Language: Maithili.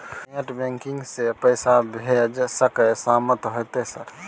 नेट बैंकिंग से पैसा भेज सके सामत होते सर?